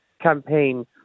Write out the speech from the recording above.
campaign